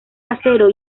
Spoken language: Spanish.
acero